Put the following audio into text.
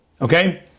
okay